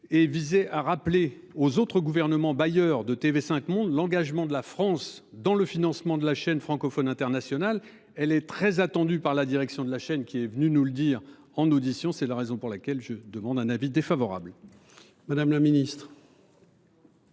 et visait à rappeler aux autres gouvernements bailleurs de TV5 Monde. L'engagement de la France dans le financement de la chaîne francophone internationale, elle est très attendue par la direction de la chaîne qui est venu nous le dire en audition. C'est la raison pour laquelle je demande un avis défavorable. Madame la ministre.